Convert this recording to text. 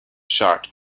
shocked